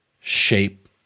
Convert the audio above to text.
shape